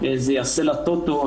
--- ישבנו עם הטוטו,